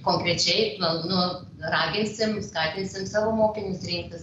konkrečiai nu raginsim skatinsim savo mokinius rinktis